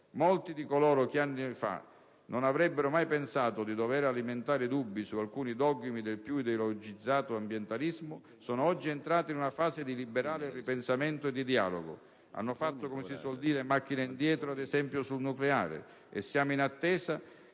Molti di coloro che anni fa non avrebbero mai pensato di dover alimentare dubbi su alcuni dogmi del più ideologizzato ambientalismo sono oggi entrati in una fase di liberale ripensamento e di dialogo; hanno fatto, come si suol dire, macchina indietro, ad esempio sul nucleare. Siamo in attesa